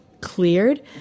cleared